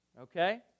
okay